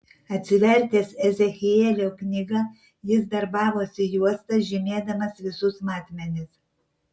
atsivertęs ezechielio knygą jis darbavosi juosta žymėdamas visus matmenis